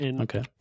Okay